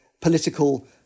political